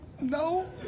No